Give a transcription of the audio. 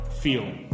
feel